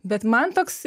bet man toks